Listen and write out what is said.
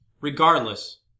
Regardless